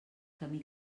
camí